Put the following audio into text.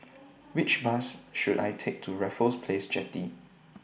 Which Bus should I Take to Raffles Place Jetty